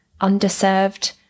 underserved